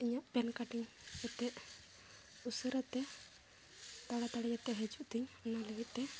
ᱤᱧᱟᱹᱜ pen cutting ᱠᱟᱛᱮᱫ ᱩᱥᱟᱹᱨᱟᱛᱮ ᱛᱟᱲᱟ ᱛᱟᱲᱤ ᱟᱛᱮ ᱦᱤᱡᱩᱜ ᱛᱤᱧ ᱚᱱᱟ ᱞᱟᱹᱜᱤᱫ ᱛᱮ